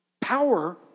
Power